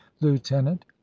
lieutenant